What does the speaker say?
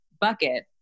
bucket